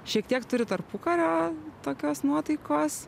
šiek tiek turi tarpukario tokios nuotaikos